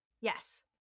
yes